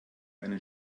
einen